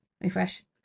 Refresh